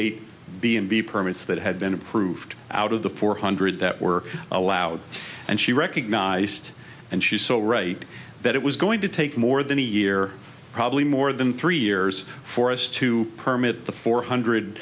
eight b and b permits that had been approved out of the four hundred that were allowed and she recognized and she's so right that it was going to take more than a year probably more than three years for us to permit the four hundred